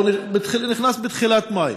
הוא נכנס בתחילת מאי.